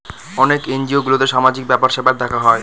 অনেক এনজিও গুলোতে সামাজিক ব্যাপার স্যাপার দেখা হয়